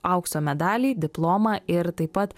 aukso medalį diplomą ir taip pat